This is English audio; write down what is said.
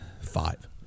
five